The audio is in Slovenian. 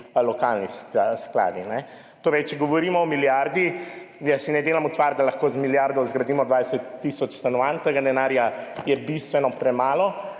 lokalni skladi. Torej, če govorimo o milijardi, jaz si ne delam utvar, da lahko z milijardo zgradimo 20 tisoč stanovanj, tega denarja je bistveno premalo,